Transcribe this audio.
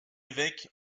évêque